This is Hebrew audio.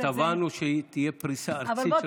ותבענו שתהיה פריסה ארצית של כל,